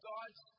God's